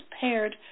paired